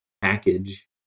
package